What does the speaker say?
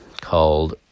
called